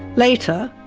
later,